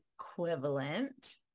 equivalent